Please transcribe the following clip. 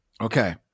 Okay